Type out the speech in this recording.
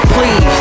Please